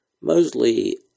mostly